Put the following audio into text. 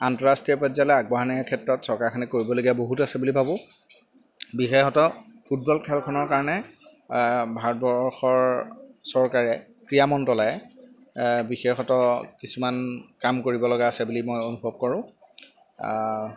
আন্তঃৰাষ্ট্ৰীয় পৰ্যায়লৈ আগবঢ়ায় নিয়াৰ ক্ষেত্ৰত চৰকাৰখনে কৰিবলগীয়া বহুত আছে বুলি ভাবোঁ বিশেষত ফুটবল খেলখনৰ কাৰণে ভাৰতবৰ্ষৰ চৰকাৰে ক্ৰীড়া মন্ত্ৰালয় বিশেষত কিছুমান কাম কৰিবলগা আছে বুলি মই অনুভৱ কৰোঁ